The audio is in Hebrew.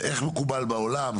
איך מקובל בעולם?